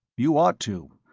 you ought to.